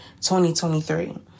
2023